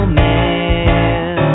man